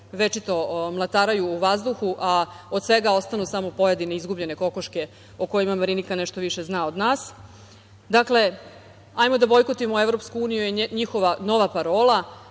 večito mlataraju u vazduhu, a od svega ostanu samo pojedine izgubljene kokoške, o kojima Marinika nešto više zna od nas. Dakle, hajde da bojkotujemo EU je njihova nova parola,